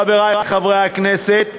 חברי חברי הכנסת,